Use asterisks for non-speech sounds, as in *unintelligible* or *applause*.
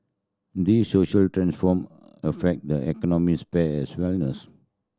these social transform affect the economic sphere as well *unintelligible*